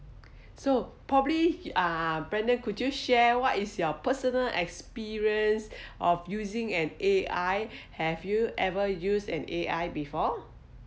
so probably uh branden could you share what is your personal experience of using an A_I have you ever used an A_I before